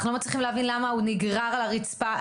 אנחנו לא מצליחים להבין למה הוא נגרר על הרצפה.